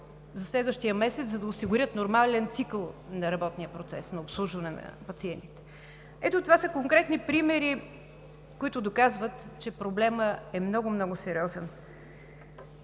за следващия месец, за да осигурят нормален цикъл на работния процес, на обслужване на пациентите. Ето, това са конкретни примери, които доказват, че проблемът е много, много сериозен.